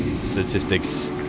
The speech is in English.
statistics